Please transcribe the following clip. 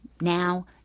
now